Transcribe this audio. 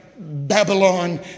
Babylon